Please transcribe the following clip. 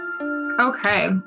Okay